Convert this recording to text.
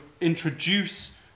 introduce